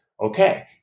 Okay